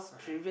(uh huh)